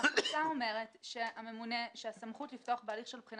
החלטה אומרת שהסמכות לפתוח בהליך של בחינה